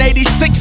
86